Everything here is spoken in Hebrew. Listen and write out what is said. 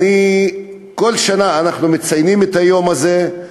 כל שנה אנחנו מציינים את היום הזה,